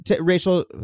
racial